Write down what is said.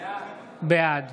בעד